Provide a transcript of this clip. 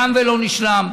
תם ולא נשלם.